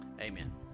Amen